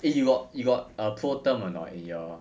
eh you got you got a pro term or not in your